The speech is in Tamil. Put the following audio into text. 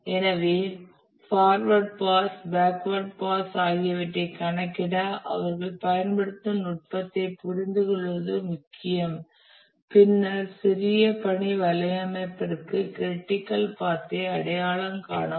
எனவே ஃபார்வர்ட் பாஸ் பேக்வேர்ட் பாஸ் ஆகியவற்றைக் கணக்கிட அவர்கள் பயன்படுத்தும் நுட்பத்தைப் புரிந்துகொள்வது முக்கியம் பின்னர் சிறிய பணி வலையமைப்பிற்கு க்ரிட்டிக்கல் பாத்தை அடையாளம் காணவும்